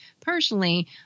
personally